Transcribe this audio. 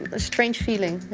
a strange feeling.